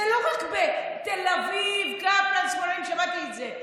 זה לא רק בתל אביב, קפלן, שמאלנים, שמעתי את זה.